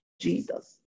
Jesus